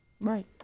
Right